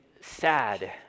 sad